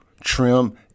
trim